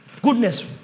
Goodness